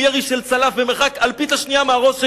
עם ירי של צלף במרחק אלפית השנייה מהראש שלי,